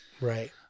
right